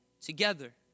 together